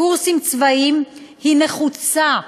בקורסים צבאיים נחוצה.